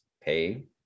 pay